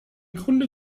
grunde